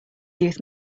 youth